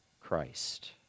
Christ